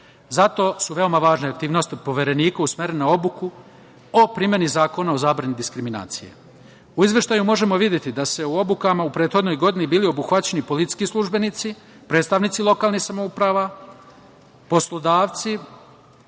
Zato su veoma važne aktivnosti od Poverenika usmerene na obuku o primeni Zakona o zabrani diskriminacije.U izveštaju možemo videti da se u obukama u prethodnoj godini bili obuhvaćeni policijski službenici, predstavnici lokalnih samouprava, poslodavci,